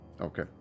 Okay